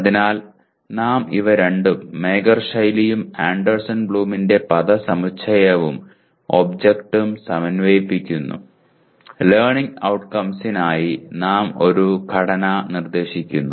അതിനാൽ നാം ഇവ രണ്ടും മാഗർ ശൈലിയും ആൻഡേഴ്സൺ ബ്ലൂമിന്റെ പദസമുച്ചയവും ഒബ്ജക്റ്റും സമന്വയിപ്പിക്കുന്നു ലേർണിംഗ് ഔട്ട്കംസിനായി നാം ഒരു ഘടന നിർദ്ദേശിക്കുന്നു